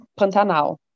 Pantanal